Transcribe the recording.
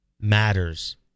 matters